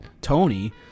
Tony